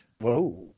Whoa